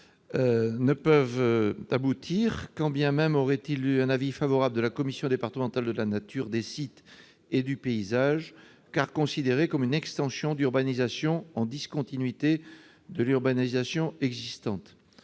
ne peuvent aboutir, quand bien même ils auraient obtenu un avis favorable de la commission départementale de la nature, des paysages et des sites. Ils sont en effet considérés comme une extension d'urbanisation en discontinuité de l'urbanisation existante.